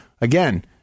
again